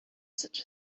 such